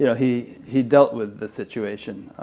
yeah he he dealt with the situation,